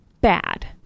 bad